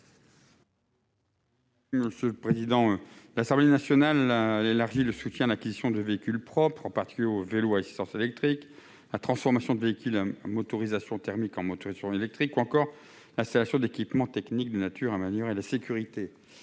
n° 1024 rectifié. L'Assemblée nationale a élargi le soutien à l'acquisition de véhicules propres, en particulier de vélos à assistance électrique, à la transformation des véhicules à motorisation thermique en véhicules à motorisation électrique ou encore à l'installation d'équipements techniques destinés à améliorer la sécurité.